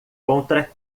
contra